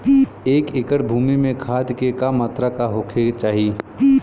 एक एकड़ भूमि में खाद के का मात्रा का होखे के चाही?